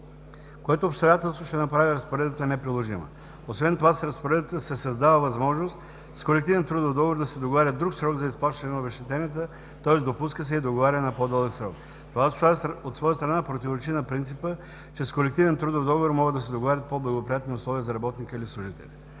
което обстоятелството ще направи разпоредбата неприложима. Освен това с разпоредбата се създава възможност с колективен трудов договор да се договаря друг срок за изплащане на обезщетенията, тоест допуска се и договаряне на по-дълъг срок. Това от своя страна противоречи на принципа, че с колективен трудов договор могат да се договаря по-благоприятни условия за работника или служителя.